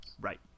Right